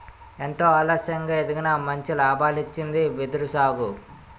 ఎంతో ఆలస్యంగా ఎదిగినా మంచి లాభాల్నిచ్చింది వెదురు సాగు